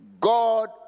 God